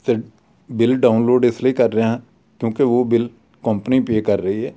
ਅਤੇ bill download ਇਸ ਲਈ ਕਰ ਰਿਹਾ ਹਾਂ ਕਿਉਂਕਿ ਉਹ ਬਿੱਲ ਕੰਪਨੀ ਪੇਅ ਕਰ ਰਹੀ ਹੈ